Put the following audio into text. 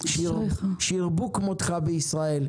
שירבו כמותך בישראל.